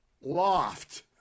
loft